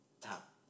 top